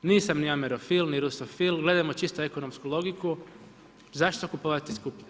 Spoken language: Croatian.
Nisam ni Amerofil, ni Rusofil, gledajmo čisto ekonomsku logiku, zašto kupovati skuplje?